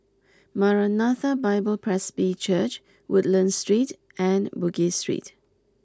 Maranatha Bible Presby Church Woodlands Street and Bugis Street